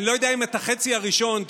את החצי הראשון,